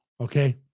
Okay